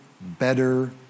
better